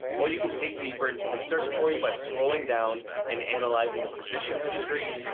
or you can dig deeper into this search query by scrolling down and analyzing the position history,